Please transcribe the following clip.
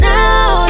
Now